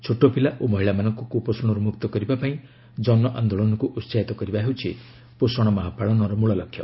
ଛୋଟପିଲା ଓ ମହିଳାମାନଙ୍କୁ କୁପୋଷଣରୁ ମୁକ୍ତ କରିବା ପାଇଁ ଜନଆନ୍ଦୋଳନକୁ ଉସାହିତ କରିବା ହେଉଛି ପୋଷଣ ମାହ ପାଳନର ମୂଳଲକ୍ଷ୍ୟ